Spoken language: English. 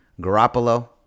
Garoppolo